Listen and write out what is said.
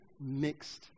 mixed